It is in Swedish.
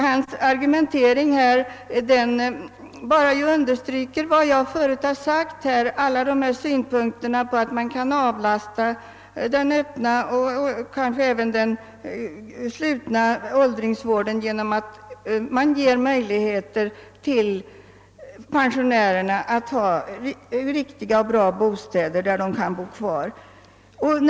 Hans argumentering understryker bara min tidigare framförda synpunkt att den öppna och även den slutna åldringsvården kan avlastas genom att åt pensionärerna ges möjlighet att få goda och riktiga bostäder, där de kan bo kvar.